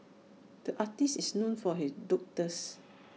the artist is known for his doodles